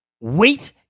Wait